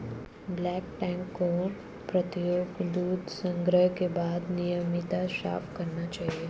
bulk tank को प्रत्येक दूध संग्रह के बाद नियमित साफ करना चाहिए